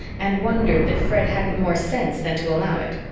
and wondered that fred hadn't more sense than to allow it.